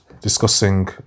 discussing